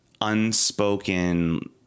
unspoken